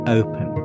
open